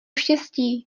štěstí